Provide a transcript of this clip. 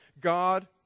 God